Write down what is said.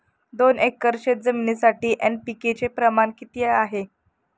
दोन एकर शेतजमिनीसाठी एन.पी.के चे प्रमाण किती आहे?